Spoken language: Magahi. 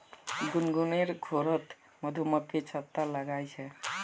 गुनगुनेर घरोत मधुमक्खी छत्ता लगाया छे